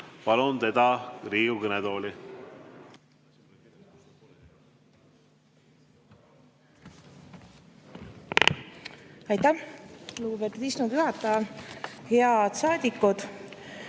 Palun teda Riigikogu kõnetooli.